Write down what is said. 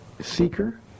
seeker